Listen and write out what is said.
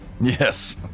Yes